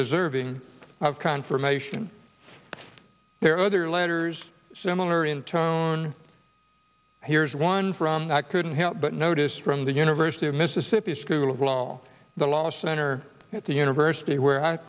deserving of confirmation there are other letters similar in tone here's one from i couldn't help but notice from the university of mississippi school of law the law center at the university where i